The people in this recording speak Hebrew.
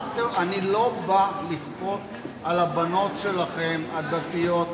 אני לא בא לכפות על הבנות שלכם, הדתיות.